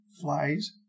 flies